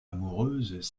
amoureuses